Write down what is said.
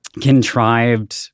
contrived